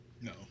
No